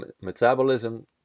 metabolism